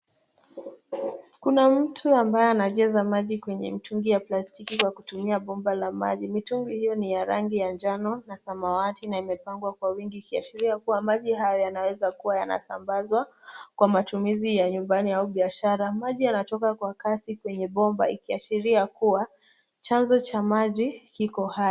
Kuna mtu ambaye anajaza maji kwenye mitungi ya plastiki kwa kutumia bomba la maji. Mitungi hiyo ni ya rangi ya njano na samawati na imepangwa kwa wingi ikiashiria kuwa maji haya yanaweza kuwa yanasambazwa kwa matumizi ya nyumbani au biashara .Maji yanatoka kwa kasi kwenye bomba ikiashiria kuwa chanzo cha maji kiko hai.